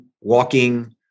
walking